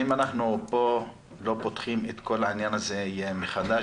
האם אנחנו פה לא פותחים את כל העניין הזה מחדש